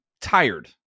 tired